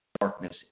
darkness